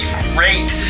great